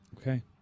okay